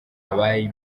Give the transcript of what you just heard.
abari